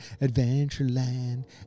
Adventureland